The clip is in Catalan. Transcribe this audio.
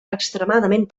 extremadament